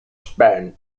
spent